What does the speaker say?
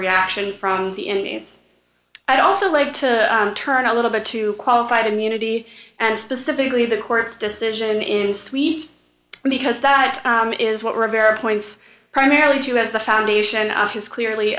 reaction from the indians i'd also like to turn a little bit to qualified immunity and specifically the court's decision in suite because that is what rivera points primarily to as the foundation of his clearly